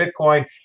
bitcoin